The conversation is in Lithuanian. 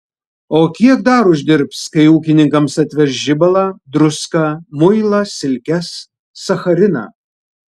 o kiek dar uždirbs kai ūkininkams atveš žibalą druską muilą silkes sachariną